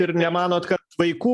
ir nemanot ka vaikų